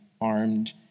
armed